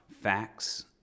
facts